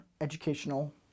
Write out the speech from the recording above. educational